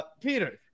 Peter